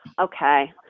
Okay